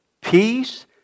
Peace